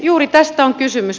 juuri tästä on kysymys